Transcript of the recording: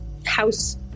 house